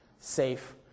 safe